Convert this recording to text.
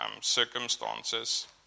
circumstances